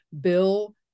bill